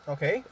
Okay